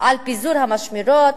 על פיזור המשמרות.